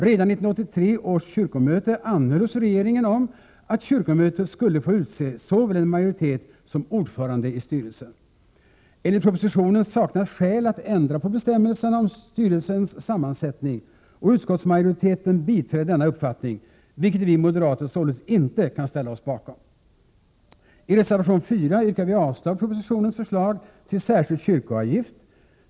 Redan 1983 års kyrkomöte anhöll hos regeringen om att kyrkomötet skulle få utse såväl Enligt propositionen saknas skäl att ändra på bestämmelserna om = 7april 1988 styrelsens sammansättning, och utskottsmajoriteten biträder denna uppfattning, vilket vi moderater således inte kan ställa oss bakom. I reservation 4 yrkar vi avslag på propositionens förslag till särskild kyrkoavgift.